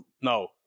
no